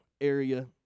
area